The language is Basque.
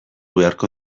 beharko